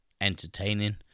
entertaining